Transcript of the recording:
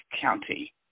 County